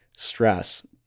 stress